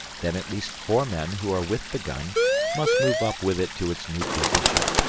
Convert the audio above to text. then at least four men who are with the gun must move up with it to its new position,